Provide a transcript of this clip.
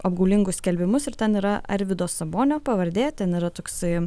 apgaulingus skelbimus ir ten yra arvydo sabonio pavardė ten yra toksai